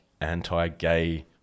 anti-gay